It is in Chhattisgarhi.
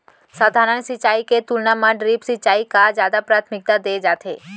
सधारन सिंचाई के तुलना मा ड्रिप सिंचाई का जादा प्राथमिकता दे जाथे